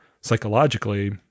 psychologically